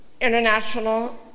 International